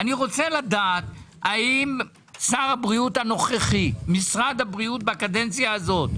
אמרתי למנסור עבאס, הוא היה חבר בקואליציה הקודמת.